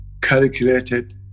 calculated